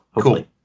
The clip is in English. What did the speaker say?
Cool